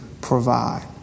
provide